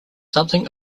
something